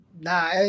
nah